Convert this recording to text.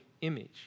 image